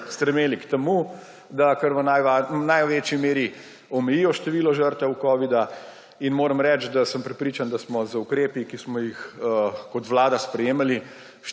strmeli k temu, da kar v največji meri omejijo število žrtev covida. Moram reči, da sem prepričan, da smo z ukrepi, ki smo jih kot vlada sprejemali,